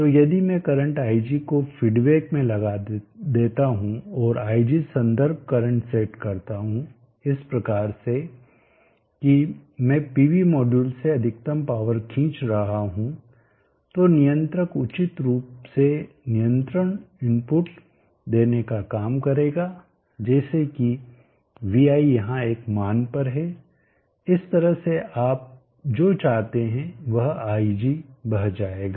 तो यदि मैं करंट ig को फीडबैक में देता हूं और ig संदर्भ करंट सेट करता हूं इस प्रकार से कि मैं PV मॉड्यूल से अधिकतम पावर खींच रहा हूं तो नियंत्रक उचित रूप से नियंत्रण इनपुट देने का काम करेगा जैसे कि vi यहां एक मान पर है इस तरह से आप जो चाहते हैं वह ig बह जाएगा